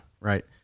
Right